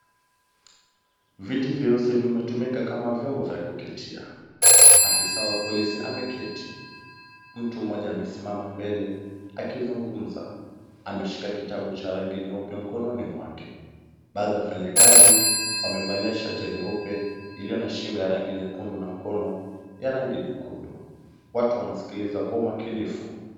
Viti vyeusi vimetumika kama vyombo vya kuketia, afisa wa polisi ameketi. Mtu mmoja amesimama mbele akizungumza. Ameshika kitabu cha rangi nyeupe mkononi mwake. Baadhi ya wafanyakazi wamevalia shati nyeupe iliyo na shingo ya rangi nyekundu na mikono ya rangi nyekundu. Watu wanasikiliza kwa umakinifu.